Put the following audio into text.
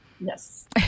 Yes